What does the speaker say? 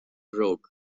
broke